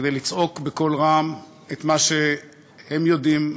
כדי לצעוק בקול רם את מה שהם יודעים,